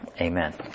Amen